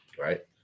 right